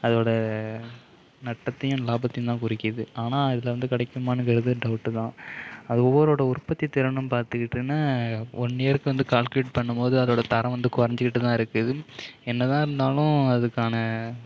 அதோட நட்டத்தையும் லாபத்தையும் தான் குறிக்குது ஆனால் அதில் வந்து கிடைக்குமானு கேக்கிறது ஒரு டவுட்டு தான் அது ஒவ்வொருவரோட உற்பத்தி திறனும் பார்த்துக்கிட்டீங்கனா ஒன் இயருக்கு வந்து கால்குலேட் பண்ணும் போது அதோட தரம் வந்து கொறைஞ்சிக்கிட்டு தான் இருக்குது என்ன தான் இருந்தாலும் அதுக்கான